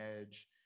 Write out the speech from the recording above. edge